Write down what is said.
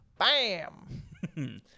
Bam